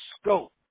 scope